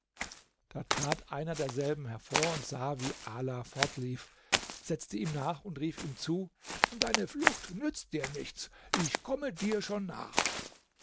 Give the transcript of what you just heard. da trat einer derselben hervor und sah wie ala fortlief setzte ihm nach und rief ihm zu deine flucht nützt dir nichts ich komme dir schon nach